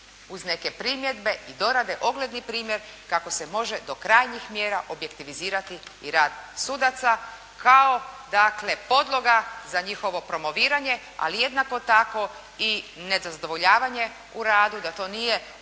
uz neke primjedbe i dorade, ogledni primjer kako se može do krajnjih mjera objektivizirati i rad sudaca, kao dakle podloga za njihovo promoviranje, ali jednako tako i nezadovoljavanje u radu, da to nije oblik